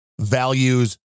values